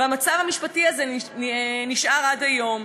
והמצב המשפטי הזה נשאר עד היום.